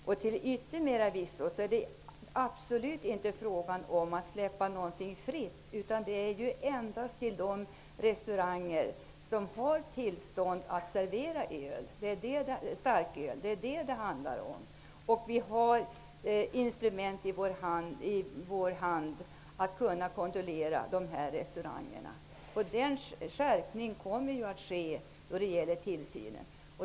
Det är absolut inte fråga om att släppa starköl fritt, utan denna införsel skall ju enbart avse de restauranger som har tillstånd att servera starköl. Vi har också instrument i vår hand att kunna kontrollera dessa restauranger. Det kommer att ske en skärpning vad gäller tillsynen.